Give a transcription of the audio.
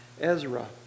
Ezra